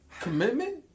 Commitment